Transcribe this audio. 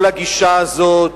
כל הגישה הזאת